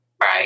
Right